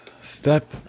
step